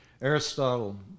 Aristotle